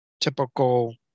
typical